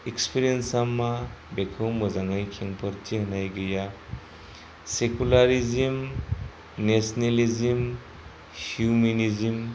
एक्सपिरियेन्सा मा बेखौ मोजाङै खेंफोरथि होनाय गैया सेकुलेरिजिम नेसनेलिजिम हिउमिनिजिम